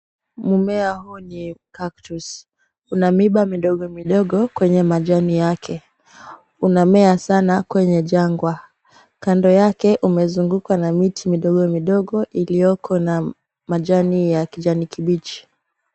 Mumea huu ni cactus . Una miba midogo midogo kwenye majani yake. Unamea sana kwenye jangwa kando yake umezungukwa na miti midogo midogo iliyoko na majani ya kijani kibichi.